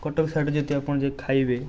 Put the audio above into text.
କଟକ ସାଇଟ୍ରେ ଯଦି ଆପଣ ଯାଇକି ଖାଇବେ